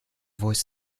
voice